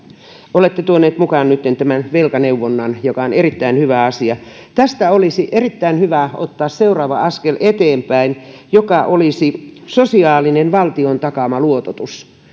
olette tuonut mukaan nyt tämän velkaneuvonnan joka on erittäin hyvä asia tästä olisi erittäin hyvä ottaa seuraava askel eteenpäin joka olisi sosiaalinen valtion takaama luototus